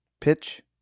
pitch